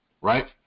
Right